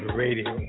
radio